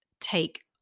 take